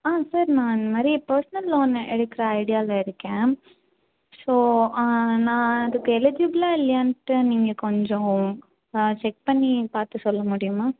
ஆ sir நான் இந்தமாதிரி personal loan எடுக்கிற ஐடியாவில இருக்கேன் ஸோ நான் அதுக்கு எலிஜிபிளாக இல்லையாண்ட்டு நீங்கள் கொஞ்சம் செக் பண்ணி பார்த்து சொல்ல முடியுமா